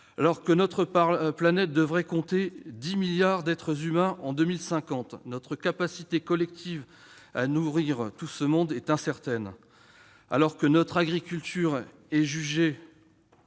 Alors que notre planète devrait compter 10 milliards d'êtres humains en 2050, notre capacité collective à nourrir tout ce monde est incertaine. Si notre agriculture est à